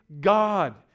God